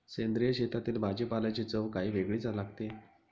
सेंद्रिय शेतातील भाजीपाल्याची चव काही वेगळीच लागते